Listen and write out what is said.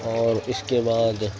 اور اس کے بعد